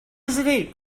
hesitate